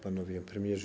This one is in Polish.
Panowie Premierzy!